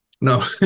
No